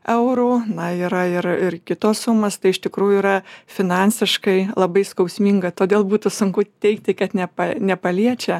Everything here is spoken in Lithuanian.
eurų na yra ir ir kitos sumos tai iš tikrųjų yra finansiškai labai skausminga todėl būtų sunku teigti kad ne nepaliečia